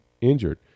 Injured